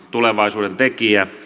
tulevaisuuden kasvun tekijä